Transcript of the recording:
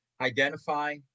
identify